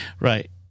Right